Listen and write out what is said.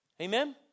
Amen